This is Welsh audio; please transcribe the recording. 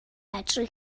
medru